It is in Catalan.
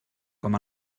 com